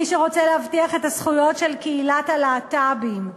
מי שרוצה להבטיח את הזכויות של קהילת הלהט"בים,